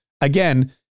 again